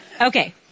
Okay